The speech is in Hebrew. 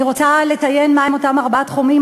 אני רוצה לציין מה הם אותם ארבעה תחומים,